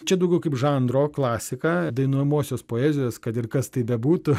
čia daugiau kaip žanro klasika dainuojamosios poezijos kad ir kas tai bebūtų